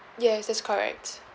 yes that's correct